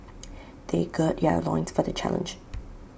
they gird their loins for the challenge